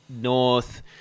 North